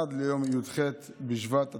עד ליום י"ח בשבט התשפ"ח,